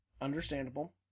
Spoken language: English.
Understandable